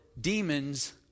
demons